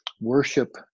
worship